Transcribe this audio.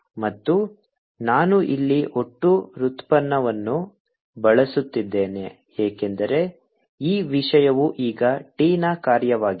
ಮತ್ತು ನಾನು ಇಲ್ಲಿ ಒಟ್ಟು ವ್ಯುತ್ಪನ್ನವನ್ನು ಬಳಸುತ್ತಿದ್ದೇನೆ ಏಕೆಂದರೆ ಈ ವಿಷಯವು ಈಗ t ನ ಕಾರ್ಯವಾಗಿದೆ